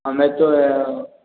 हमें तो